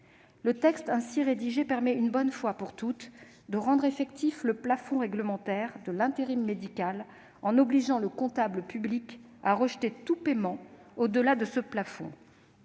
Le texte ainsi rédigé permet une bonne fois pour toutes de rendre effectif le plafond réglementaire de l'intérim médical en obligeant le comptable public à rejeter tout paiement au-delà de ce plafond.